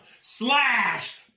slash